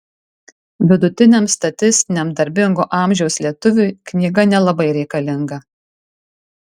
vidutiniam statistiniam darbingo amžiaus lietuviui knyga nelabai reikalinga